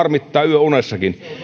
harmittaa yöunessakin